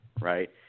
right